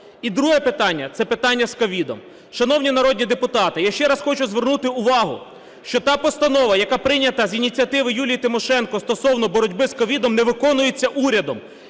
І друге питання – це питання з COVID. Шановні народні депутати, я ще раз хочу звернути увагу, що та постанова, яка прийнята з ініціативи Юлії Тимошенко стосовно боротьби з COVID, не виконується урядом,